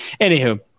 Anywho